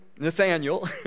nathaniel